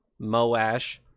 Moash